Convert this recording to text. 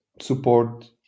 Support